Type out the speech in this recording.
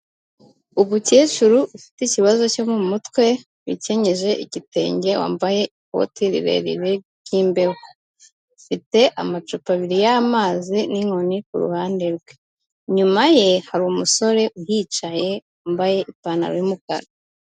Umukecuru ufite ikibazo cyo mu mutwe wikenyeje igitenge wambaye ikote rirerire ry'imbeho afite amacupa abiri y'amazi n'inkoni ku ruhande rwe, inyuma ye hari umusore uhicaye wambaye ipantaro y'umukara.